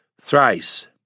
thrice